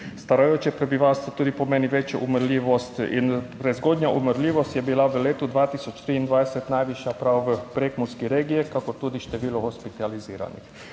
starajoče prebivalstvo tudi pomeni večjo umrljivost. In prezgodnja umrljivost je bila v letu 2023 najvišja prav v prekmurski regiji, kakor tudi število hospitaliziranih.